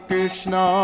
Krishna